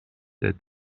der